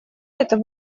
это